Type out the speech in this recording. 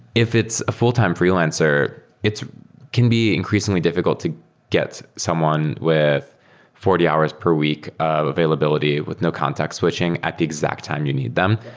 if it's a full-time freelancer, it can be increasingly difficult to get someone with forty hours per week availability with no context switching at the exact time you need them,